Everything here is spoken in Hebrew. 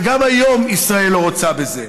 וגם היום ישראל לא רוצה בזה.